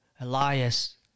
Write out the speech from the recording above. Elias